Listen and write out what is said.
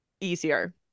easier